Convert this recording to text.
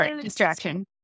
distraction